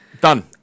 Done